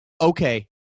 okay